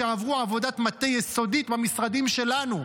שעברו עבודת מטה יסודית במשרדים שלנו,